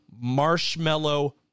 marshmallow